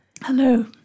Hello